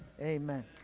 Amen